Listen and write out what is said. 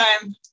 time